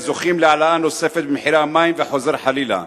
זוכים להעלאה נוספת במחירי המים וחוזר חלילה.